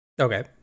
Okay